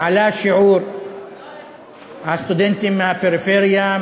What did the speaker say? עלה שיעור הסטודנטים מהפריפריה,